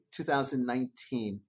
2019